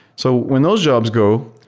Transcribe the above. so when those jobs go,